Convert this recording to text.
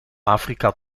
afrika